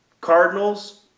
Cardinals